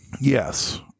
yes